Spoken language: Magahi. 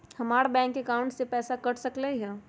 हमर बैंक अकाउंट से पैसा कट सकलइ ह?